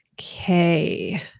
okay